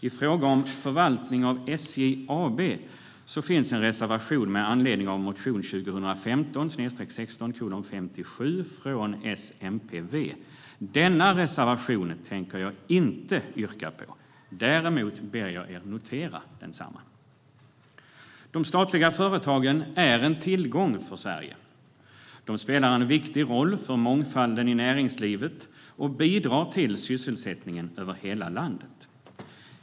I fråga om förvaltning av SJ AB finns en reservation med anledning av motion 2015/16:57 från S, MP och V. Den reservationen tänker jag inte yrka bifall till, däremot ber jag er notera densamma. De statliga företagen är en tillgång för Sverige. De spelar en viktig roll för mångfalden i näringslivet och bidrar till sysselsättningen över hela landet.